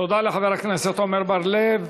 תודה לחבר הכנסת עמר בר-לב.